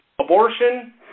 abortion